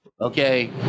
Okay